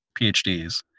PhDs